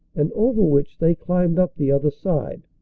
and over which they climbed up the other side.